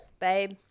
babe